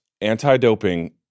anti-doping